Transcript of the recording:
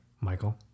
Michael